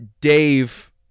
Dave